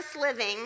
living